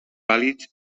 vàlids